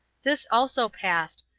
this also passed,